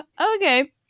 okay